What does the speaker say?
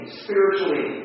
spiritually